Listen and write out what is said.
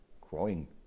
growing